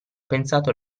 pensato